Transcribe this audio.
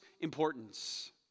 importance